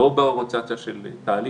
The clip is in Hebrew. לא באוריינטציה של תהליך.